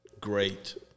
great